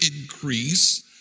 increase